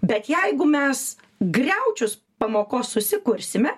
bet jeigu mes griaučius pamokos susikursime